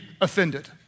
offended